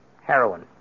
Heroin